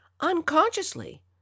unconsciously